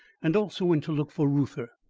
and also when to look for reuther.